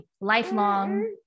lifelong